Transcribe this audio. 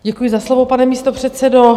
Děkuji za slovo, pane místopředsedo.